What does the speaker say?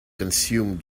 consume